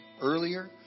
earlier